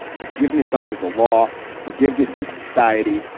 forgiveness under the law. forgiveness in society.